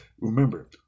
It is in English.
remember